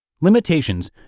Limitations